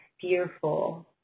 fearful